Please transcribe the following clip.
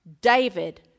David